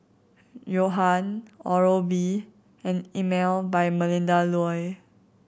Johan Oral B and Emel by Melinda Looi